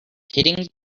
hitting